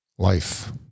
Life